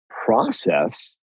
process